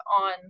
on